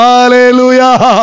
Hallelujah